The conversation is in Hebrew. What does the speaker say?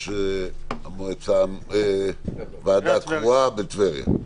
ראש הוועדה הקרואה בטבריה.